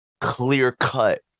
clear-cut